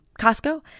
Costco